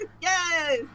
Yes